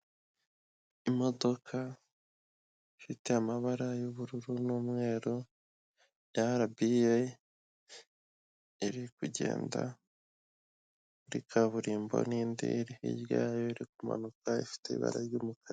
Imodoka, ifite amabara y'ubururu n'umweru, ya RBA, iri kugenda, hari kaburimbo n'indi iri hirya yayo, iri manuka, ifite ibara ry'umukara.